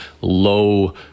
low